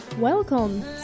Welcome